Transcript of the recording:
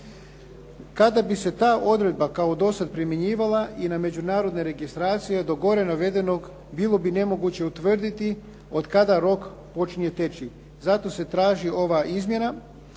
Kada bi se ta odredba kao do sada primjenjivala i na međunarodne registracije do gore navedenog bilo bi nemoguće utvrditi od kada rok počinje teći. Zato se traži ova izmjena